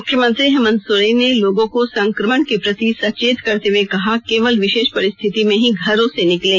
मुख्यमंत्री हेमंत सोरेन ने लोगों को संक्रमण के प्रति सचेत करते हुए कहा केवल विशेष परिस्थिति में ही घरों से निकलें